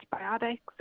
antibiotics